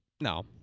No